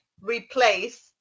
replace